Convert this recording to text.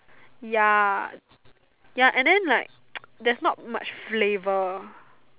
ya ya and then like there's not much flavour